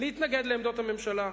להתנגד לעמדות הממשלה.